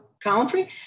Country